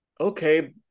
Okay